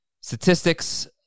statistics